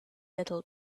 little